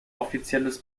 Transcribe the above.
offizielles